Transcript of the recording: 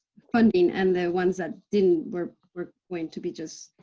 funding, and the ones that didn't, were were going to be just.